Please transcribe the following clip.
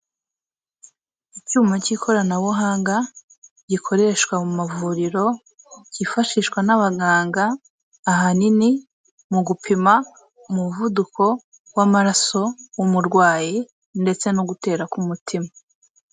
Icyuma cy'ikoranabuhanga, gikoreshwa mu mavuriro, cyifashishwa n'abaganga, ahanini mu gupima umuvuduko w'amaraso w'umurwayi ndetse no gutera k'umutima.